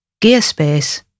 Gearspace